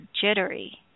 jittery